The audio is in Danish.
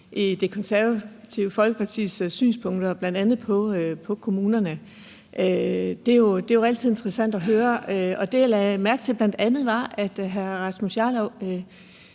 i Det Konservative Folkepartis synspunkter, bl.a. i forhold til kommunerne. Det er jo altid interessant at høre om, og det, jeg bl.a. lagde mærke til, var, at hr. Rasmus Jarlov